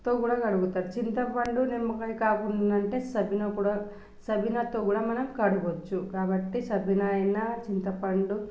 తో కూడా కడుగుతారు చింతపండు నిమ్మకాయ కాకుండా అంటే సబీనా కూడా మనం సబీనాతో కూడా మనం కడవచ్చు కాబట్టి సబీనా అయినా చింతపండు